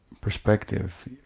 perspective